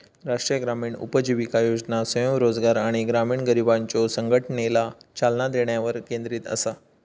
राष्ट्रीय ग्रामीण उपजीविका योजना स्वयंरोजगार आणि ग्रामीण गरिबांच्यो संघटनेला चालना देण्यावर केंद्रित असा